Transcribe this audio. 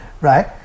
Right